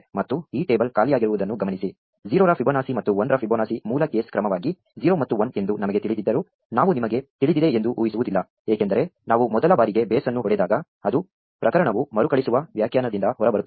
ಮತ್ತು ಈ ಟೇಬಲ್ ಖಾಲಿಯಾಗಿರುವುದನ್ನು ಗಮನಿಸಿ 0 ರ ಫಿಬೊನಾಸಿ ಮತ್ತು 1 ರ ಫಿಬೊನಾಕಿಯ ಮೂಲ ಕೇಸ್ ಕ್ರಮವಾಗಿ 0 ಮತ್ತು 1 ಎಂದು ನಮಗೆ ತಿಳಿದಿದ್ದರೂ ನಾವು ನಿಮಗೆ ತಿಳಿದಿದೆ ಎಂದು ಊಹಿಸುವುದಿಲ್ಲ ಏಕೆಂದರೆ ನಾವು ಮೊದಲ ಬಾರಿಗೆ ಬೇಸ್ ಅನ್ನು ಹೊಡೆದಾಗ ಅದು ಪ್ರಕರಣವು ಮರುಕಳಿಸುವ ವ್ಯಾಖ್ಯಾನದಿಂದ ಹೊರಬರುತ್ತದೆ